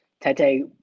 Tete